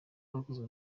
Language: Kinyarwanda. hakozwe